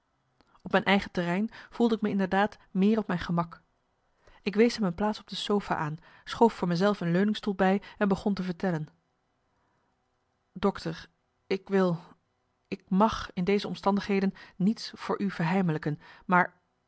op mijn eigen terrein voelde ik me inderdaad meer op mijn gemak ik wees hem een plaats op de sofa aan schoof voor me zelf een leuningstoel bij en begon te vertellen dokter ik wil ik mag in deze omstandigheden niets voor u verheimelijken maar